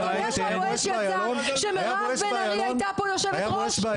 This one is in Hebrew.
אתה יודע שהבואש יצא כשמירב בן ארי הייתה פה יושבת-ראש?